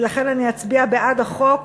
ולכן אני אצביע בעד החוק